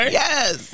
yes